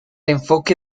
enfoque